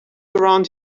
around